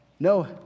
No